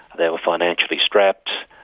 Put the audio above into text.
they were financially strapped,